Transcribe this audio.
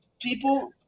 people